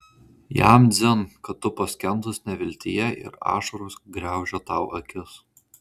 jam dzin kad tu paskendus neviltyje ir ašaros griaužia tau akis